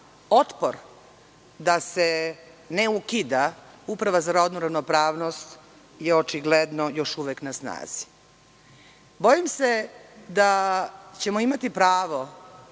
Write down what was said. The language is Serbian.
otpor da se ne ukida Uprava za rodnu ravnopravnost je očigledno još uvek na snazi. Bojim se da ćemo imati pravo,